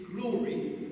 glory